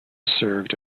served